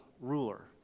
ruler